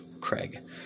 Craig